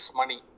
money